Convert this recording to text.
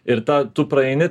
ir tą tu praeini